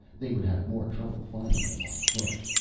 they would have more trouble finding him, on foot.